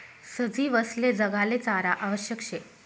सजीवसले जगाले चारा आवश्यक शे